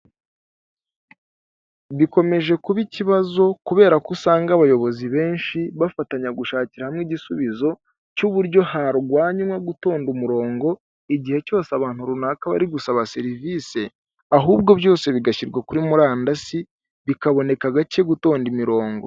Bikomeje kuba ikibazo kubera ko usanga abayobozi benshi bafatanya gushakira hamwe igisubizo cy'uburyo harwanywa gutonda umurongo igihe cyose abantu runaka bari gusaba serivise, ahubwo byose bigashyirwa kuri murandasi bikaboneka gake gutonda imirongo.